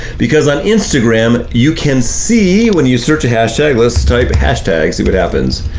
because on instagram, you can see, when you search a hashtag, let's type hashtag, see what happens.